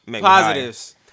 Positives